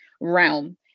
realm